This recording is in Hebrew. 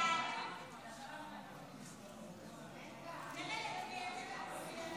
היהודיים (תיקון מס' 26), התשפ"ד 2024, נתקבל.